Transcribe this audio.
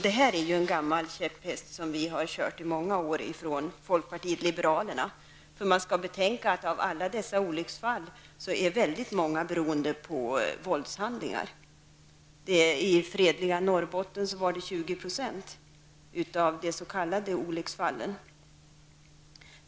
Det är en gammal käpphäst som vi i folkpartiet liberalerna i många år har haft. Man måste betänka att synnerligen många olycksfall har ett samband med våldshandlingar. I det fredliga Norrbotten handlar det om 20 % av de s.k. skol olycksfallen.